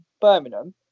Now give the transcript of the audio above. Birmingham